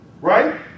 Right